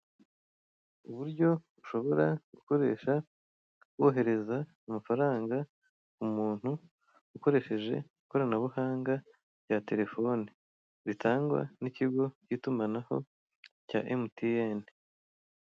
Uburyo ushobora gukoresha wohereza amafaranga umuntu ukoresheje ikoranabuhanga rya telefone ritangwa n'ikigo k'itumanaho cya emutiyene.